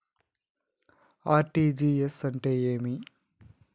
RTGS అంటే ఏమి?